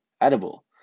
edible